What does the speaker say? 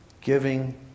giving